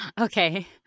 Okay